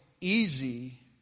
easy